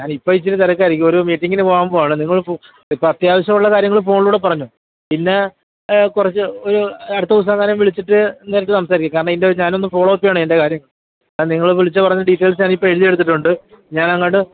ഞാനിപ്പം ഇച്ചിരി തിരക്കായിരിക്കും ഒരു മീറ്റിങ്ങിന് പോകാൻ പോവാണ് നിങ്ങൾ ഇപ്പം അത്യാവശ്യമുള്ള കാര്യങ്ങൾ ഫോണിലൂടെ പറഞ്ഞോ പിന്നെ കുറച്ച് ഒരു അടുത്ത ദിവസമെങ്ങാനും വിളിച്ചിട്ട് നേരിട്ട് സംസാരിക്കാം കാരണം ഇതിന്റെ ഞാൻ ഒന്ന് ഫോളോ അപ്പ് ചെയ്യണമിതിൻ്റെ കാര്യങ്ങൾ നിങ്ങൾ വിളിച്ച് പറഞ്ഞ ഡീറ്റൈൽസ്സ് ഞാനിപ്പം എഴുതി എടുത്തിട്ടുണ്ട് ഞാൻ അങ്ങോട്ട്